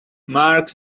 marks